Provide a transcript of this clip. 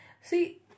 See